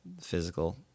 physical